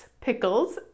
pickles